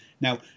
Now